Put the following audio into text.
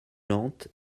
lente